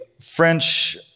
French